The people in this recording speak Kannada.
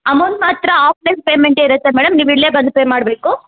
ಅಮೌಂಟ್ ಮಾತ್ರ ಆಫ್ಲೈನ್ ಪೇಮೆಂಟ್ ಇರುತ್ತೆ ಮೇಡಮ್ ನೀವು ಇಲ್ಲೇ ಬಂದು ಪೇ ಮಾಡಬೇಕು